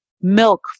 milk